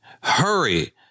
hurry